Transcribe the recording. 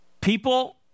People